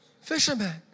fisherman